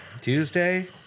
Tuesday